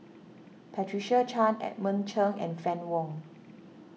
Patricia Chan Edmund Cheng and Fann Wong